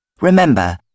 Remember